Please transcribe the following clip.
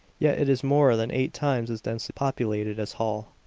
yet it is more than eight times as densely populated as holl.